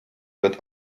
wird